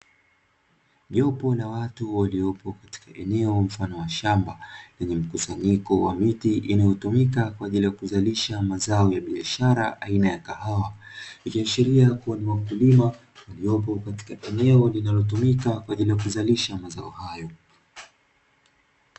Jopo la watu waliopo katika eneo mfano wa shamba; lenye mkusanyiko wa miti inayotumika kwa ajili ya kuzalisha mazao ya biashara aina ya kahawa, ikiashiria kuwa ni wakulima waliopo katika eneo linalotumika kwa ajili ya kuzalisha mazao hayo.